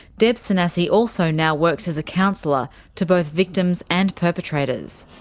deb sanasi also now works as a counsellor to both victims and perpetrators.